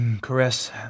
caress